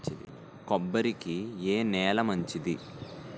కొబ్బరి కి ఏ నేల మంచిది?